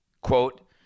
quote